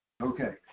Okay